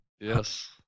Yes